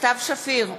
סתיו שפיר,